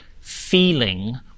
feeling